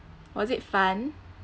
was it fun